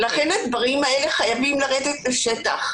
לכן הדברים האלה חייבים לרדת לשטח.